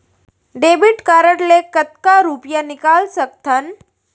Debit card ले कतका रुपिया निकाल सकथन?